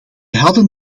hadden